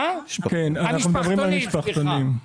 על משפחתונים סליחה.